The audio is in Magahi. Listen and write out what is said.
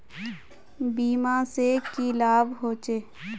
बीमा से की लाभ होचे?